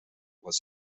was